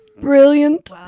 brilliant